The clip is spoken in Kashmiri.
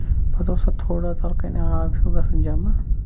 پَتہٕ اوس اَتھ تھوڑا تَلہٕ کَن آب ہیوٚو گژھان جمع